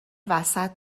وسط